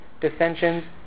dissensions